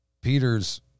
Peter's